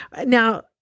Now